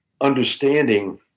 understanding